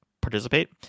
participate